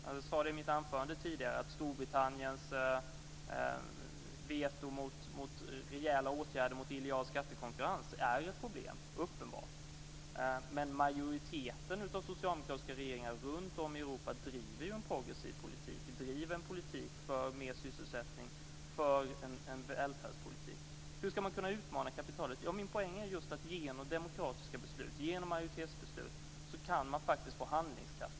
Jag sade tidigare i mitt anförande att Storbritanniens veto mot rejäla åtgärder mot illojal skattekonkurrens uppenbart är ett problem. Men majoriteten av socialdemokratiska regeringar runtom i Europa driver ju en progressiv politik, en politik för mer sysselsättning och för en välfärdspolitik. Hur ska man kunna utmana kapitalet? Ja, min poäng är just att man genom demokratiska beslut, genom majoritetsbeslut, faktiskt kan få handlingskraft.